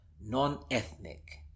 non-ethnic